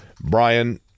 Brian